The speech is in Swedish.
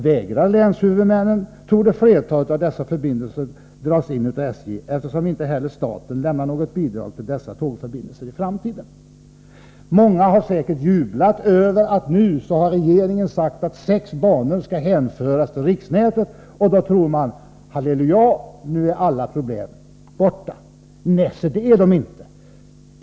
Vägrar länshuvudmännen, torde flertalet av dessa tågförbindelser dras in av SJ, eftersom inte heller staten lämnar något bidrag till dem i framtiden. Många har säkert jublat över att regeringen nu har förklarat att sex banor skall hänföras till riksnätet. Då säger man: Halleluja, nu är alla problem borta. Men se, det är de inte.